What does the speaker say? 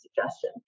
suggestion